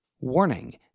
Warning